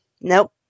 Nope